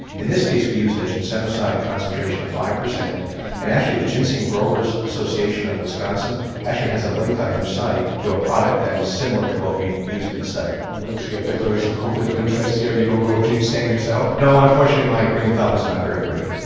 in this case we used the ginsenoside concentration of five percent and actually the ginseng growers association of wisconsin actually has a link on their site to a product that is similar to what we used in the study. we we should get a declaration of conflict of interests here, you don't grow the ginseng yourself? no, unfortunately my green thumb is not very green.